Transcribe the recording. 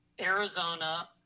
Arizona